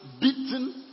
beaten